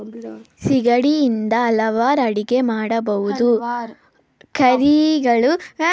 ಸಿಗಡಿ ಇಂದ ಹಲ್ವಾರ್ ಅಡಿಗೆ ಮಾಡ್ಬೋದು ಕರಿಗಳು ಹಾಗೂ ಕಬಾಬ್ ಹಾಗೂ ಬಿರಿಯಾನಿ ಮಾಡ್ಬೋದು